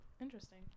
interesting